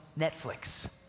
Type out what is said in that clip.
Netflix